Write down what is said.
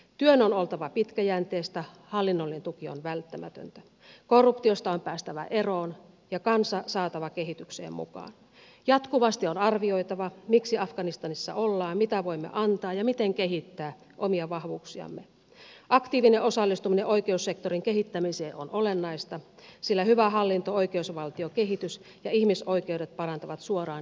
työn on oltava pitkäjänteistä hallinnollinen tuki on välttämätöntä korruptiosta on päästävä eroon ja kansa saatava kehitykseen mukaan jatkuvasti on arvioitava miksi afganistanissa ollaan mitä voimme antaa ja miten kehittää omia vahvuuksiamme aktiivinen osallistuminen oikeussektorin kehittämiseen on olennaista sillä hyvä hallinto oikeusvaltiokehitys ja ihmisoikeudet parantavat suoraan inhimillistä turvallisuutta